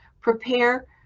prepare